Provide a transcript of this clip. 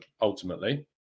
ultimately